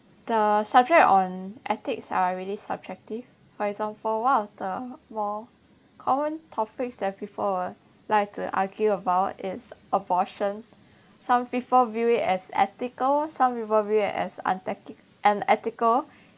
the subject on ethics are really subjective for example one of the more common topics that people will like to argue about is abortion some people view it as ethical some people view it as unethi~ unethical